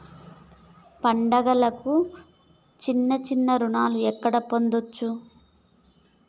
పండుగలకు చిన్న చిన్న రుణాలు ఎక్కడ పొందచ్చు?